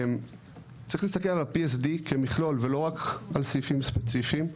צריך להסתכל על ה-PSD כמכלול ולא רק על סעיפים ספציפיים,